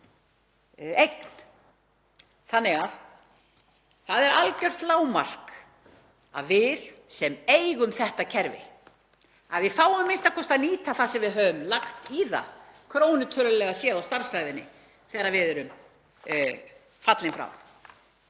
milljarða eign. Það er algjört lágmark að við sem eigum þetta kerfi fáum a.m.k. að nýta það sem við höfum lagt í það krónutölulega séð á starfsævinni þegar við erum fallin frá,